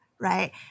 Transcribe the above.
Right